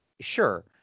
Sure